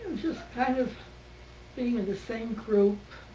just kind of being in the same group.